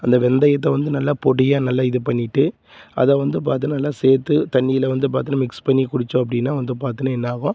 அந்த வெந்தயத்தை வந்து நல்லா பொடியாக நல்லா இதுப்பண்ணிட்டு அதை வந்து பார்த்தின்னா நல்ல சேர்த்து தண்ணியில வந்து பார்த்தின்னா மிக்ஸ்ப் பண்ணி குடித்தோம் அப்படின்னா வந்து பார்த்தின்னா என்னாகும்